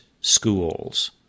schools